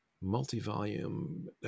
Multi-volume